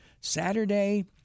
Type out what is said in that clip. Saturday